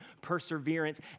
perseverance